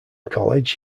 college